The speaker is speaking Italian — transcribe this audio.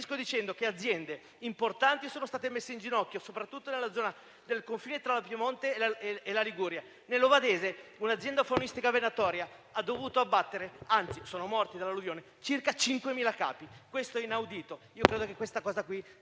dicendo che aziende importanti sono state messe in ginocchio, soprattutto nella zona del confine tra il Piemonte e la Liguria; nell'ovadese in un'azienda faunistica venatoria sono morti nell'alluvione circa 5.000 capi. Questo è inaudito e credo che su questo il